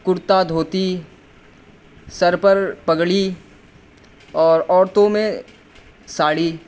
کرتا دھوتی سر پر پگڑی اور عورتوں میں ساڑی